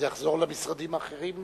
זה יחזור למשרדים האחרים?